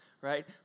right